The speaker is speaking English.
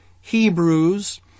Hebrews